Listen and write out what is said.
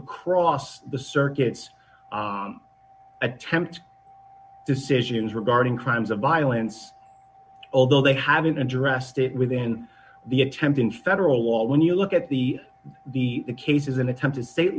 across the circuits attempt decisions regarding crimes of violence although they haven't addressed it within the attempt in federal law when you look at the the cases in attempted state